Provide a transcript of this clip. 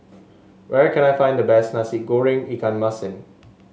where can I find the best Nasi Goreng Ikan Masin